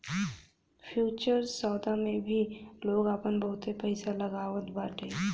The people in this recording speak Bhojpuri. फ्यूचर्स सौदा मे भी लोग आपन बहुते पईसा लगावत बाटे